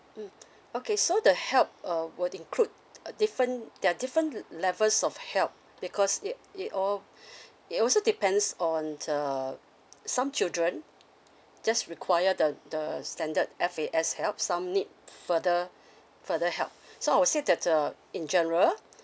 mm okay so the help err would include different there are different levels of help because it it al~ it also depends on the some children just require the the standard F A S helps some need further further help so I would say that uh in general